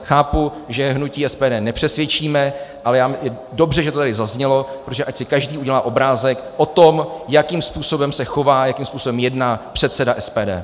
Chápu, že hnutí SPD nepřesvědčíme, ale je dobře, že to tady zaznělo, ať si každý udělá obrázek o tom, jakým způsobem se chová, jakým způsobem jedná předseda SPD.